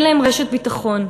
אין להם רשת ביטחון.